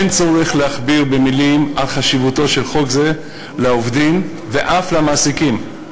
אין צורך להכביר מילים על חשיבותו של חוק זה לעובדים ואף למעסיקים,